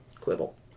quibble